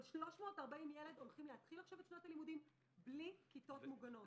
אבל 340 ילד הולכים להתחיל את שנת הלימודים בלי כיתות מוגנות.